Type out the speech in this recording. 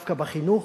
דווקא בחינוך.